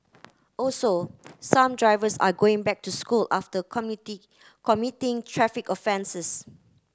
also some drivers are going back to school after committed committing traffic offences